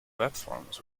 platforms